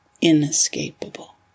inescapable